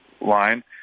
line